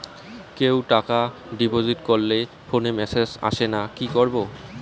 কেউ টাকা ডিপোজিট করলে ফোনে মেসেজ আসেনা কি করবো?